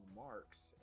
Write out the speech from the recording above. marks